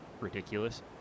ridiculous